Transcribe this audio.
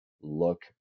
look